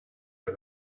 for